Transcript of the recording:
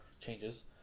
changes